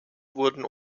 wurden